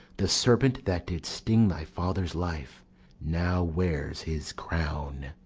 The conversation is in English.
the serpent that did sting thy father's life now wears his crown.